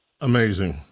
amazing